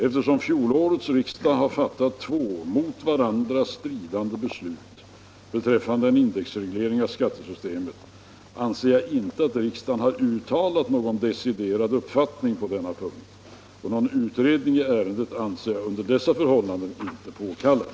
Eftersom fjolårets riksdag fattade två mot varandra stridande beslut beträffande en indexreglering av skattesystemet anser jag inte att riksdagen har uttalat någon deciderad uppfattning på denna punkt. Någon utredning i ärendet anser jag under dessa förhållanden inte påkallad.